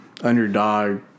underdog